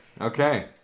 Okay